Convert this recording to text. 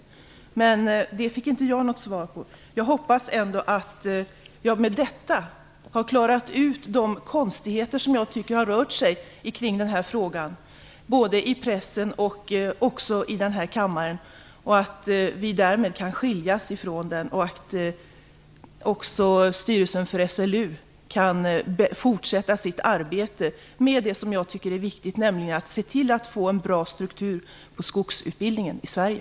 Men det fick inte jag något svar på. Jag hoppas ändå att jag med detta har klarat ut de konstigheter som jag tycker har rört sig kring den här frågan både i pressen och här i kammaren, att vi därmed kan skiljas från den och att också styrelsen för SLU kan fortsätta sitt arbete med det som jag tycker är viktigt, nämligen att se till att få en bra struktur på skogsutbildningen i Sverige.